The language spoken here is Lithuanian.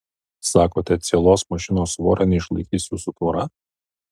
sakote cielos mašinos svorio neišlaikys jūsų tvora